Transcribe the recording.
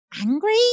angry